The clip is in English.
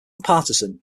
partisan